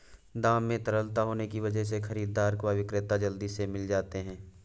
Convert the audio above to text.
दाम में तरलता होने की वजह से खरीददार व विक्रेता जल्दी से मिल जाते है